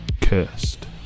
Cursed